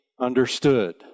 understood